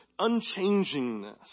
unchangingness